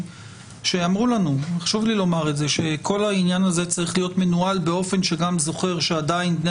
שאמרו לנו שכל העניין הזה צריך להיות מנוהל באופן שגם זוכר שעדיין בני